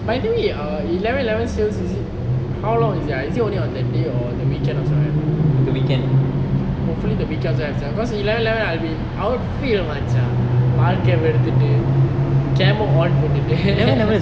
by the way err eleven eleven sales is it how long is ah is it only on the day or the weekend also have hopefully the weekend also have sia cause eleven eleven I will be outfield மச்சான் வாழ்கை வெறுதுட்டு:machan vaalkai veruthuttu camo on போட்டுட்டு:potutu